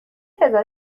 تعداد